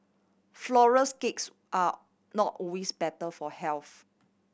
flourless cakes are not always better for health